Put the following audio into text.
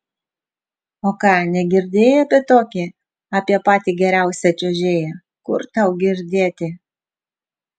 o ką negirdėjai apie tokį apie patį geriausią čiuožėją kur tau girdėti